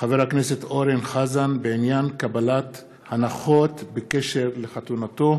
חבר הכנסת אורן חזן בעניין קבלת הנחות בקשר לחתונתו.